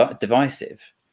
divisive